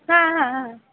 हां हां हां